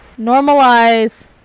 Normalize